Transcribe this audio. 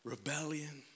Rebellion